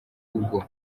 ubwo